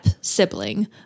sibling